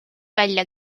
välja